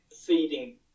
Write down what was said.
feeding